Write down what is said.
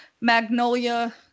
Magnolia